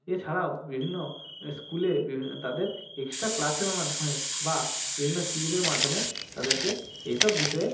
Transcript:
এছাড়াও বিভিন্ন স্কুলে বিভি তাদের এক্সট্রা ক্লাসের মাধ্যমে বা বিভিন্ন সিভিলের মাধ্যমে তাদেরকে এই সব বিষয়ে